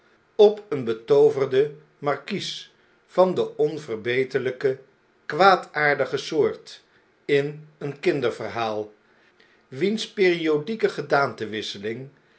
op een betooverden markies van de onverbeterlijke kwaadaardige soort in een kinderverhaal wiens periodieke gedaantewisseling